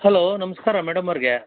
hello ನಮಸ್ಕಾರ madam ಅವ್ರಿಗೆ